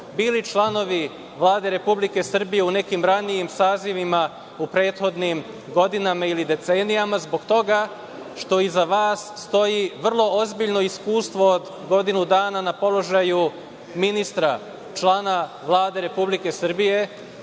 bili članovi Vlade Republike Srbije u nekim ranijim sazivima u prethodnim godinama ili decenijama, zbog toga što iza vas stoji vrlo ozbiljno iskustvo od godinu dana na položaju ministra, člana Vlade Republike Srbije.